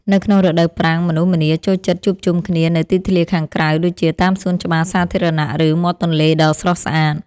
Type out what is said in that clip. នៅក្នុងរដូវប្រាំងមនុស្សម្នាចូលចិត្តជួបជុំគ្នានៅទីធ្លាខាងក្រៅដូចជា តាមសួនច្បារសាធារណៈ ឬមាត់ទន្លេដ៏ស្រស់ស្អាត។